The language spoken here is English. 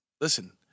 listen